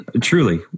Truly